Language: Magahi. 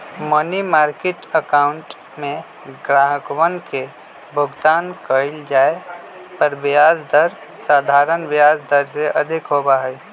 मनी मार्किट अकाउंट में ग्राहकवन के भुगतान कइल जाये पर ब्याज दर साधारण ब्याज दर से अधिक होबा हई